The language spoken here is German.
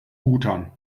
bhutan